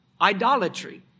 idolatry